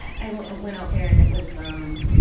i went went out there and it was, um